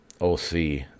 OC